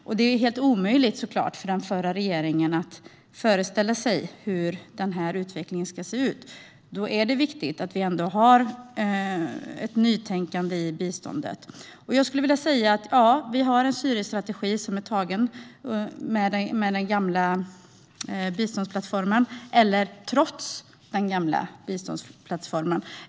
Det var förstås helt omöjligt för den förra regeringen att föreställa sig hur den här utvecklingen skulle se ut. I det läget är det viktigt att vi har ett nytänkande i biståndet. Jag skulle vilja säga att vi har en Syrienstrategi som har beslutats utifrån den gamla biståndsplattformen, eller trots den gamla biståndsplattformen.